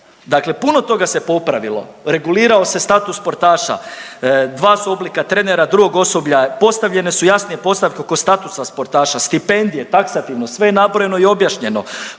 dakle puno toga se popravilo, regulirao se status sportaša, 2 su oblika trenera, drugog osoblja, postavljene su jasnije postavke oko statusa sportaša, stipendije, taksativno, sve je nabrojano i objašnjeno.